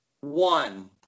One